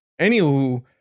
anywho